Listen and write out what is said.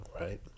right